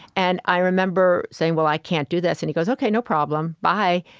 and i remember saying, well, i can't do this, and he goes, ok, no problem. bye.